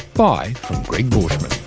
bye from gregg borschmann